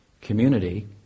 community